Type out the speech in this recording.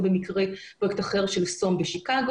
זה מקרה של פרויקט אחר בשיקגו.